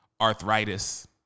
arthritis